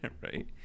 Right